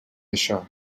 això